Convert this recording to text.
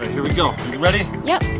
here we go! you ready? yep!